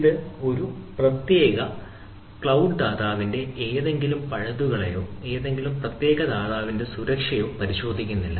ഇത് ഒരു പ്രത്യേക ക്ലൌഡ് ദാതാവിന്റെ ഏതെങ്കിലും പഴുതുകളെയോ ഏതെങ്കിലും പ്രത്യേക ദാതാവിന്റെ സുരക്ഷയെയോ പരിശോധിക്കുന്നില്ല